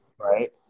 right